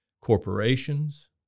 corporations